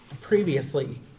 previously